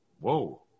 whoa